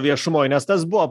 viešumoj nes tas buvo